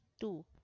two